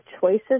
choices